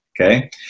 okay